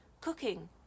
cooking